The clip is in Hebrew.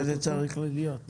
ככה זה צריך להיות.